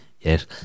Yes